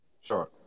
Sure